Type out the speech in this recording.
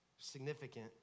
significant